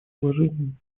уважением